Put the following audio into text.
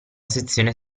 sezione